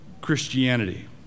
Christianity